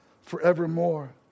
forevermore